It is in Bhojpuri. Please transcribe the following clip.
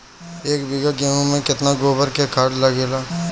एक बीगहा गेहूं में केतना गोबर के खाद लागेला?